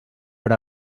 hora